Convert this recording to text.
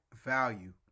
value